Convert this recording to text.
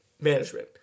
management